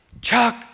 Chuck